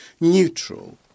neutral